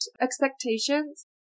expectations